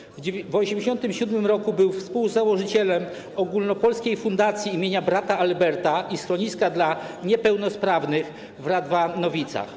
W 1987 r. był współzałożycielem ogólnopolskiej Fundacji im. Brata Alberta i schroniska dla niepełnosprawnych w Radwanowicach.